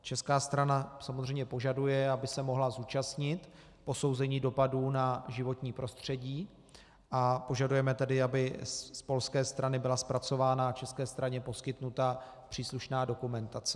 Česká strana samozřejmě požaduje, aby se mohla zúčastnit posouzení dopadů na životní prostředí, a požadujeme tedy, aby z polské strany byla zpracována a české straně poskytnuta příslušná dokumentace.